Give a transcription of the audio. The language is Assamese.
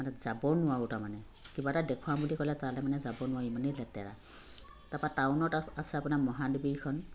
মানে যাব নোৱাৰোঁ তাৰমানে কিবা এটা দেখুৱাম বুলি ক'লে তালৈ মানে যাব নোৱাৰি ইমানেই লেতেৰা তাৰপৰা টাউনত আছে আপোনাৰ মহাদেৱীখন